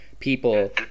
people